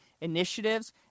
initiatives